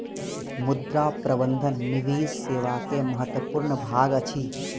मुद्रा प्रबंधन निवेश सेवा के महत्वपूर्ण भाग अछि